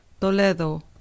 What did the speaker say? Toledo